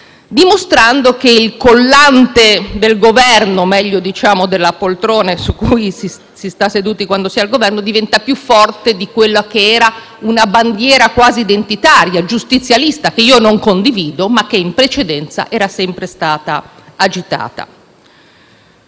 dimostrando che il collante del Governo, o meglio della poltrona su cui si sta seduti quando si sta al Governo, diventa più forte di quella che era una bandiera quasi identitaria, giustizialista, che io non condivido ma che in precedenza era sempre stata agitata.